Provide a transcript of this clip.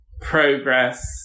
progress